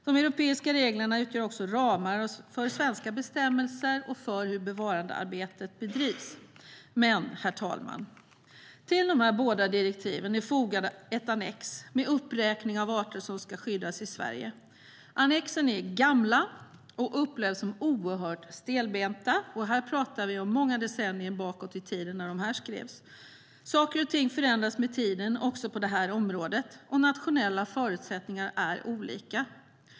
De europeiska reglerna utgör också ramar för svenska bestämmelser och för hur bevarandearbetet bedrivs. Saker och ting förändras med tiden, också på detta område. Nationella förutsättningar är olika.